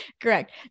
Correct